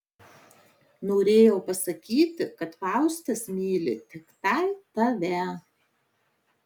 norėjau pasakyti kad faustas myli tiktai tave